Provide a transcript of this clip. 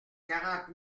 quarante